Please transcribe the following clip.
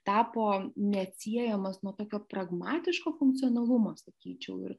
tapo neatsiejamas nuo tokio pragmatiško funkcionalumo sakyčiau ir